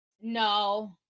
No